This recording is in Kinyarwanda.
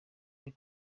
ari